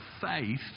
faith